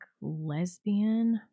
lesbian